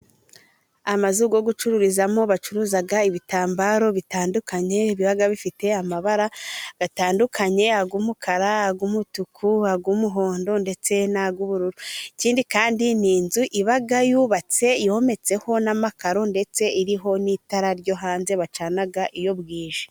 Amazu go gucururizamo, bacuruzaga ibitambaro bitandukanye bibaga bifite amabara atandukanye; agumukara, agumutuku, agumuhondo ndetse n'agubururu. Ikindi kandi ni inzu ibaga yubatse yometseho n'amakaro ndetse iriho n'itara ryo hanze bacanaga iyo bwije.